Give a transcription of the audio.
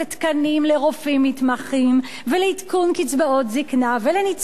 לרופאים מתמחים ולעדכון קצבאות זיקנה ולניצולי שואה